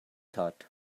thought